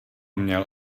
měl